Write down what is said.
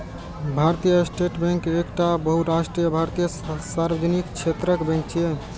भारतीय state bank एकटा बहुराष्ट्रीय भारतीय सार्वजनिक क्षेत्रक बैंक छियै